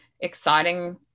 exciting